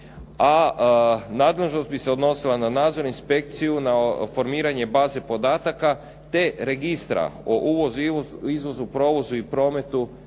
a nadležnost bi se odnosila na nadzor i inspekciju, na formiranje baze podataka te registra o uvozu, izvozu, provozu i prometu